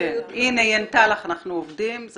אנחנו עובדים של המוסד הרפואי.